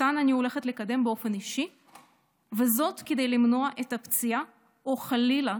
ואותן אני הולכת לקדם באופן אישי כדי למנוע את הפציעה או חלילה